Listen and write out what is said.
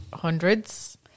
hundreds